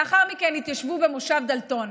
לאחר מכן התיישבו במושב דלתון.